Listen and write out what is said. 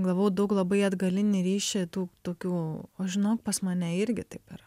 gavau daug labai atgalinį ryšį tų tokių o žinok pas mane irgi taip yra